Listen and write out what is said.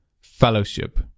fellowship